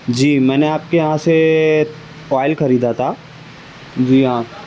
جی میں نے آپ کے یہاں سے آئل خریدا تھا جی ہاں